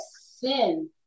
sin